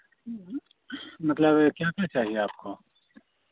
मतलब क्या क्या चाहिए आपको